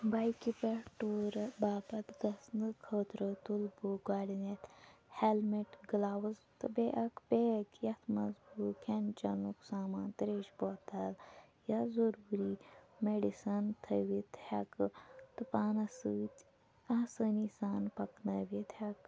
بایکہِ پٮ۪ٹھ ٹوٗرٕ باپَتھ گژھنہٕ خٲطرٕ تُلہٕ بہٕ گۄڈٕنٮ۪تھ ہٮ۪لمِٹ گٕلَوٕز تہٕ بیٚیہِ اَکھ بیگ یَتھ منٛز بہٕ کھٮ۪ن چٮ۪نُک سامان ترٛیش بوتَل یا ضُروٗری مٮ۪ڈِسَن تھٲوِتھ ہٮ۪کہٕ تہٕ پانَس سۭتۍ آسٲنی سان پَکنٲوِتھ ہٮ۪کہٕ